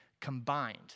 combined